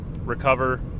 recover